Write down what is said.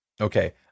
okay